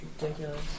Ridiculous